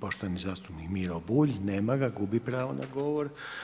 poštovani zastupnik Miro Bulj, nema ga, gubi pravo na govor.